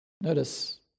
notice